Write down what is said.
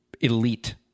Elite